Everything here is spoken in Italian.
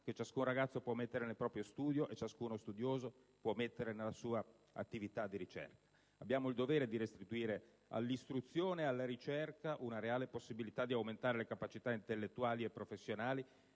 che ciascun ragazzo può mettere nel proprio studio e ciascuno studioso può mettere nella sua attività di ricerca. Abbiamo il dovere di restituire all'istruzione e alla ricerca la possibilità reale di aumentare le capacità intellettuali e professionali